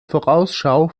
vorausschau